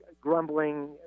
grumbling